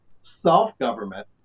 Self-government